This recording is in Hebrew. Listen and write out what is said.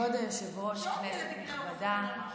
כבוד היושב-ראש, כנסת נכבדה.